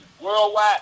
worldwide